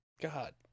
God